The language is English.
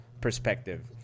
perspective